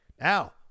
Now